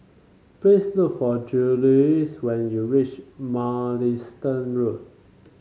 please look for Juluis when you reach Mugliston Road